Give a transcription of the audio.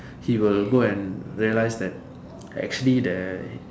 he will go and realise that actually there